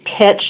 pitch